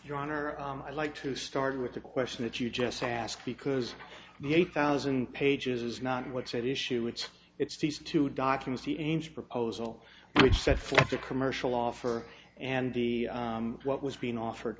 your honor i'd like to start with the question that you just ask because the eight thousand pages is not what's at issue it's it's these two documents the ames proposal which set forth a commercial offer and the what was being offered